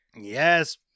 Yes